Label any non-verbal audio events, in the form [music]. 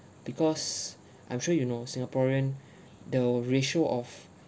because [breath] I'm sure you know singaporean [breath] the ratio of